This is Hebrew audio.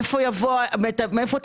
מאיפה תבוא היכולת.